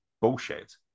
Bullshit